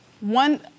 one